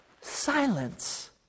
silence